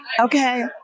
Okay